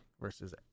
versus